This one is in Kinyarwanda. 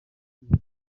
mujyi